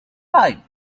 type